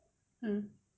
mm